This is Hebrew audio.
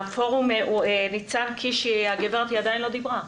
ח"כ יאסין עדיין לא דיברה.